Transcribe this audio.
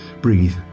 Breathe